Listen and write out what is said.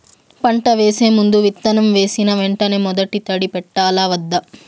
పంట వేసే ముందు, విత్తనం వేసిన వెంటనే మొదటి తడి పెట్టాలా వద్దా?